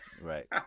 Right